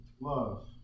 love